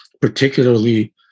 particularly